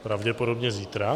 Pravděpodobně zítra.